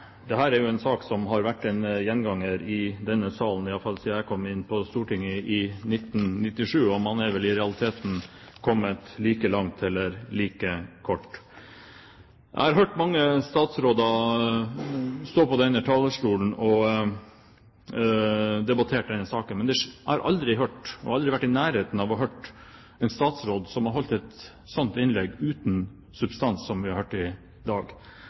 en sak som har vært en gjenganger i denne salen, iallfall siden jeg kom inn på Stortinget i 1997. Man er vel i realiteten kommet like langt – eller like kort. Jeg har hørt mange statsråder stå på denne talerstolen og debattere denne saken, men jeg har aldri hørt – aldri vært i nærheten av å høre – en statsråd som har holdt et slikt innlegg, uten substans, som vi har hørt i dag.